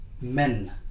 men